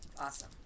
awesome